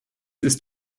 ist